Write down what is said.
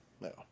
No